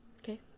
Okay